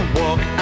walk